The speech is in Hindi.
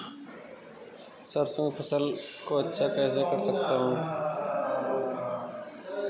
सरसो की फसल को अच्छा कैसे कर सकता हूँ?